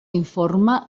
informe